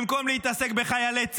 במקום להתעסק בחיילי צה"ל,